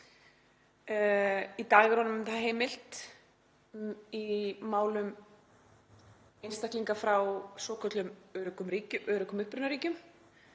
Í dag er honum það heimilt í málum einstaklinga frá svokölluðum öruggum upprunaríkjum